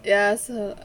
ya so